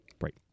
Right